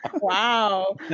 Wow